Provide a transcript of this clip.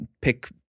pick